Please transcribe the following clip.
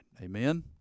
Amen